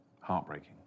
heartbreaking